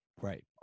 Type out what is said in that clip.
right